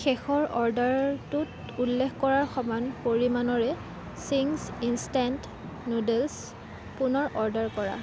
শেষৰ অৰ্ডাৰটোত উল্লেখ কৰাৰ সমান পৰিমাণৰে চিংছ ইনষ্টেণ্ট নুডলছ পুনৰ অৰ্ডাৰ কৰা